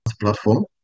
platform